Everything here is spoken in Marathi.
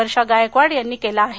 वर्षा गायकवाड यांनी केला आहे